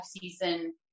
season